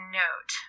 note